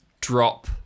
drop